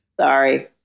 Sorry